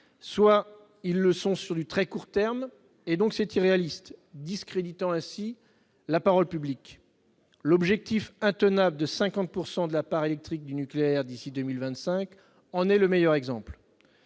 soit ils le sont sur du très court terme et donc irréalistes, discréditant ainsi la parole publique. L'objectif intenable de 50 % de la part d'électricité issue du nucléaire d'ici à 2025 en est le meilleur exemple.